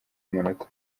amanota